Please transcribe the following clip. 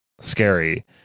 scary